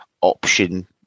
option